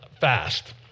fast